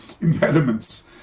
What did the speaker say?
impediments